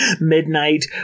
midnight